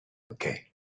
okay